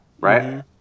right